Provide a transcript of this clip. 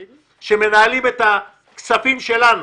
אלה שמנהלות את הכספים שלנו,